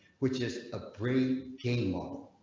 which is a brain game lol.